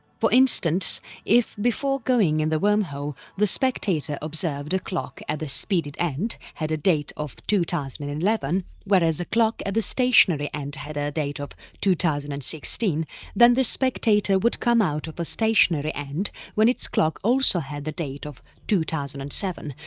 for instance if before going in the wormhole the spectator observed a clock at the speeded end had a date of two thousand and eleven whereas a clock at the stationary end and had ah a date of two thousand and sixteen then the spectator would come out of a stationary end when its clock also had the date of two thousand and seven,